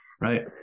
Right